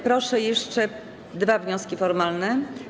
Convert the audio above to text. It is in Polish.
Proszę, jeszcze dwa wnioski formalne.